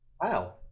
Wow